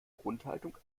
grundhaltung